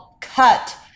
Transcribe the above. Cut